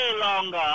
longer